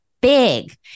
big